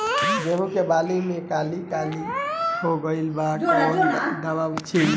गेहूं के बाली में काली काली हो गइल बा कवन दावा छिड़कि?